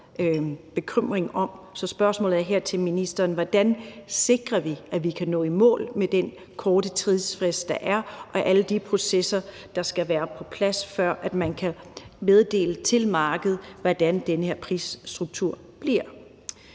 så spørgsmålet til ministeren er: Hvordan sikrer vi, at vi kan nå i mål med den korte tidsfrist, der er, og alle de processer, der skal være på plads, før man kan meddele til markedet, hvordan den her prisstruktur bliver?